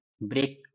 break